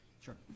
Sure